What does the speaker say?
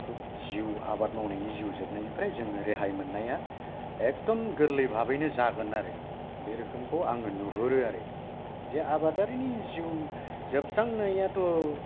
आबाद मावनायनि जिउ जोबनायनिफ्राय जोङो रेहाय मोननाया एखदम गोरलै बाहाबैनो जागोन आरो बे रोखोमखौ आङो नुहुरो आरो जे आबादारिनि जिउ जोबस्रांनायाथ'